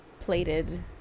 plated